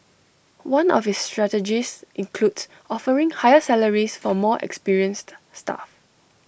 one of its strategies includes offering higher salaries for more experienced staff